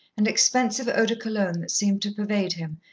and expensive eau-de-cologne that seemed to pervade him,